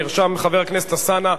נרשם חבר הכנסת אלסאנע,